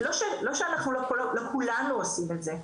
לא שאנחנו לא כולנו עושים את זה,